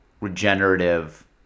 regenerative